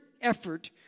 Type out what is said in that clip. effort